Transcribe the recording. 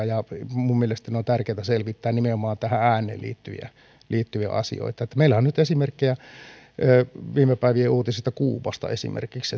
ja minun mielestäni on on tärkeää selvittää ne nimenomaan ääneen liittyviä liittyviä asioita meillähän on esimerkkejä nyt viime päivien uutisista kuubasta esimerkiksi